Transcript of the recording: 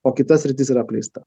o kita sritis yra apleista